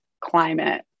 climate